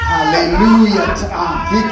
Hallelujah